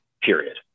period